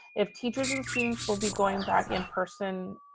if teachers and students will be going back in person,